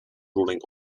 ruling